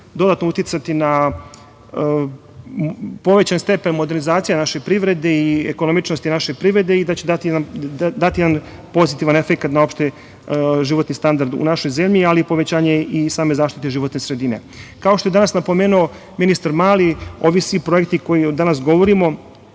dodatno uticati na povećan stepen modernizacije naše privrede i ekonomičnost naše privrede i da će dati jedan pozitivan efekata na opšti životni standard u našoj zemlji, ali i povećanje same životne sredine. Kao što je danas napomenuo ministar Mali, ovi svi projekti o kojima danas govorimo